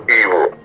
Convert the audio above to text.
evil